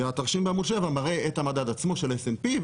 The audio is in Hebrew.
והתרשים בעמוד 7 מראה את המדד עצמו של ה-s&p,